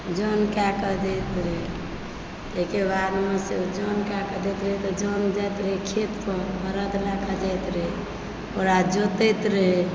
जन कए कऽ दैत रहए ताहिके बादमे से ओ जन कए कऽ दैत रहए जन जैत रहए खेत पर बरद राखै जैत रहए ओकरा जोतैत रहए